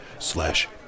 Slash